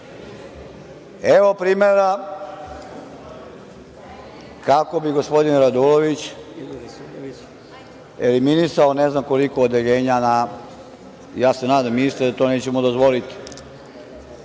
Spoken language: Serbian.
evo primera kako bi gospodin Radulović eliminisao ne znam koliko odeljenja. Ja se nadam, ministre, da to nećemo dozvoliti. Kad